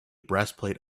breastplate